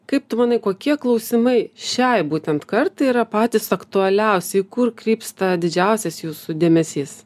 kaip tu manai kokie klausimai šiai būtent kartai yra patys aktualiausi į kur krypsta didžiausias jūsų dėmesys